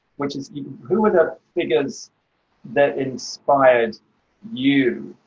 which is who were the figures that inspired you?